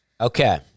Okay